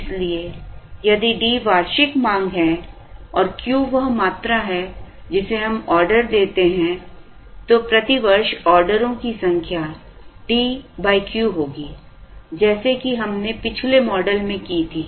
इसलिए यदि D वार्षिक मांग है और Q वह मात्रा है जिसे हम ऑर्डर देते हैं तो प्रति वर्ष ऑर्डरों की संख्या DQ होगी जैसे कि हमने पिछले मॉडल में की थी